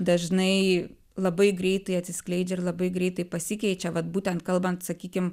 dažnai labai greitai atsiskleidžia ir labai greitai pasikeičia vat būtent kalbant sakykim